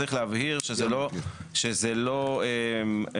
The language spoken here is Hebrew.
צריך להבין שזה לא פוגע,